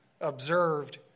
observed